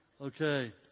Okay